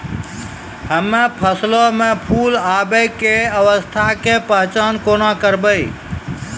हम्मे फसलो मे फूल आबै के अवस्था के पहचान केना करबै?